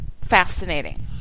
fascinating